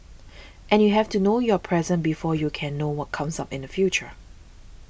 and you have to know your present before you can know what comes up in the future